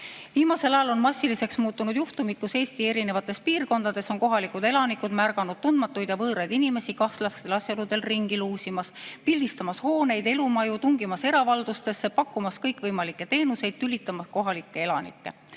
pärast. Viimasel ajal on massiliseks muutunud juhtumid, kus Eesti erinevates piirkondades on kohalikud elanikud märganud tundmatuid ja võõraid inimesi kahtlastel asjaoludel ringi luusimas, pildistamas hooneid, elumaju, tungimas eravaldustesse, pakkumas kõikvõimalikke teenuseid, tülitamas kohalikke elanikke.